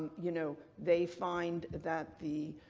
you know, they find that the,